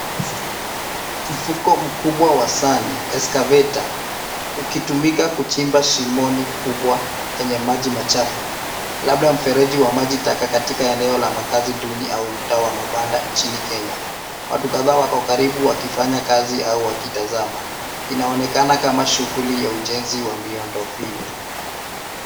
Mfuko mkubwa wa Sany Excavator ukitumika kuchimba shimoni kubwa lenye maji machafu labda mfereji wa maji taka katika eneo la makazi duni au mtaa wa mabanda nchini Kenya. Watu kadhaa wako karibu wakifanya kazi au wakitazama. Inaonekana kama shughuli ya ujenzi wa miundo mbinu.